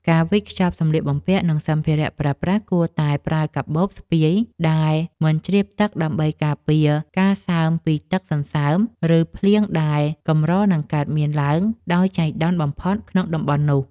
ការវេចខ្ចប់សម្លៀកបំពាក់ និង សម្ភារៈប្រើប្រាស់គួរតែប្រើកាបូបស្ពាយដែលមិនជ្រាបទឹកដើម្បីការពារការសើមពីទឹកសន្សើម ឬ ភ្លៀងដែលកម្រនឹងកើតមានឡើងដោយចៃដន្យបំផុតក្នុងតំបន់នោះ។